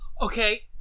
Okay